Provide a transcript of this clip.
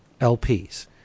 LPs